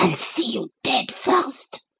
see you dead first!